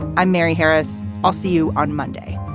i'm mary harris. i'll see you on monday